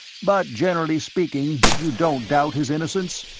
but generally speaking you don't doubt his innocence?